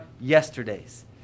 yesterdays